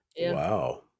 Wow